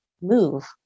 move